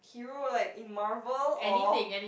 hero like in Marvel or